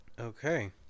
okay